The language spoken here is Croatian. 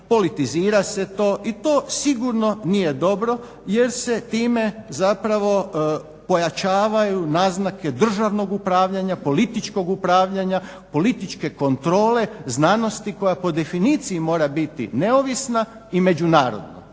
politizira se to i to sigurno nije dobro jer se time zapravo pojačavaju naznake državnog upravljanja, političkog upravljanja, političke kontrole znanosti koja po definiciji mora biti neovisna i međunarodna.